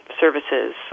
services